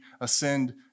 ascend